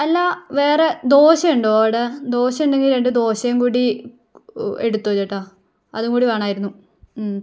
അല്ല വേറെ ദോശ ഉണ്ടോ അവിടെ ദോശ ഉണ്ടെങ്കിൽ രണ്ട് ദോശയും കൂടി എടുത്തോ ചേട്ടാ അതും കൂടി വേണമായിരുന്നു